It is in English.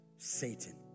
Satan